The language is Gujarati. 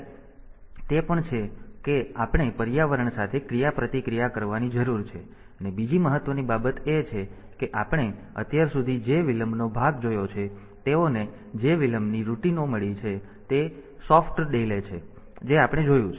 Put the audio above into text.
તેથી તે પણ છે કે આપણે પર્યાવરણ સાથે ક્રિયાપ્રતિક્રિયા કરવાની જરૂર છે અને બીજી મહત્વની બાબત એ છે કે આપણે અત્યાર સુધી જે વિલંબનો ભાગ જોયો છે તેઓને જે વિલંબની રૂટીન ઓ મળી છે તે નરમ વિલંબ છે જે આપણે જોયું છે